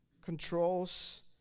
controls